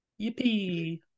Yippee